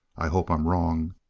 i hope i'm wrong?